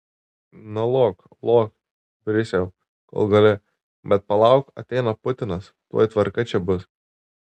na lok lok brisiau kol gali bet palauk ateina putinas tuoj tvarka čia bus